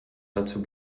dazu